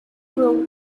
grow